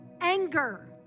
anger